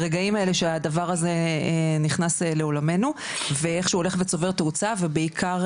הרגעים האלה שהדבר הזה נכנס לעולמנו ואיך שהוא הולך וצובר תאוצה ובעיקר,